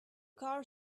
car